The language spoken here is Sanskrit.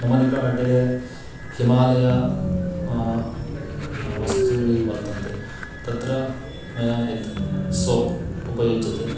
मम निकटे हिमालया वस्तूनि वर्तन्ते तत्र मया यत् सोप् उपयुज्यते